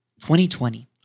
2020